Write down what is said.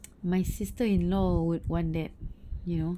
my sister in law would want that you know